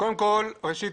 קודם כל ראשית